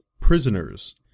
prisoners